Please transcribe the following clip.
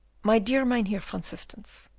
my dear mynheer van systens,